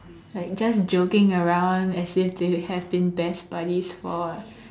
like just joking around as if they have been best buddies for